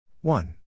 One